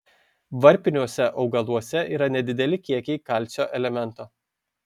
varpiniuose augaluose yra nedideli kiekiai kalcio elemento